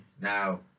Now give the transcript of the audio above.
Now